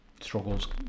struggles